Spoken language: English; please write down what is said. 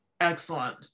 excellent